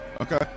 Okay